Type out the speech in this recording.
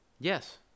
Yes